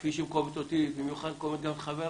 כפי שהיא מקוממת אותי, היא מקוממת גם את חבריי,